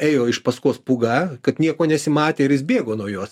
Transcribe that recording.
ėjo iš paskos pūga kad nieko nesimatė ir jis bėgo nuo jos